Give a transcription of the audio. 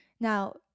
Now